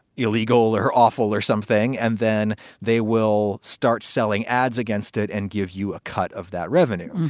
illegal or awful or something, and then they will start selling ads against it and give you a cut of that revenue.